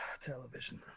television